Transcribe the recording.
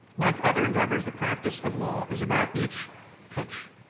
like other endeavors, the practice of law is about each pitch,